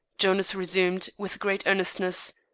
jonas resumed, with great earnestness,